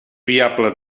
viable